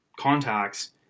contacts